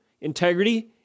integrity